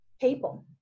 people